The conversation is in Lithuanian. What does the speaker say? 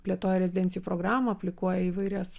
plėtoja rezidencijų programą aplikuoja įvairias